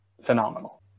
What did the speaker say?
phenomenal